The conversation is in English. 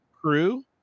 crew